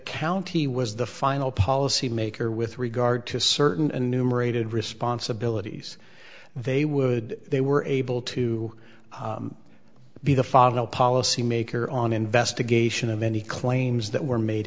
county was the final policy maker with regard to certain and numerated responsibilities they would they were able to be the follow policy maker on investigation of any claims that were made